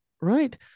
right